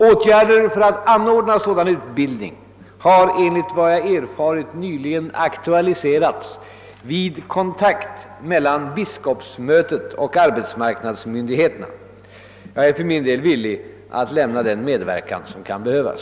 Åtgärder för att anordna sådan utbildning har enligt vad jag erfarit nyligen aktualiserats vid kontakt mellan biskopsmötet och arbetsmarknadsmyndigheterna. Jag är för min del villig lämna den medverkan som kan behövas.